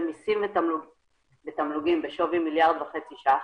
מיסים ותמלוגים בשווי מיליארד וחצי ₪,